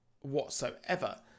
Whatsoever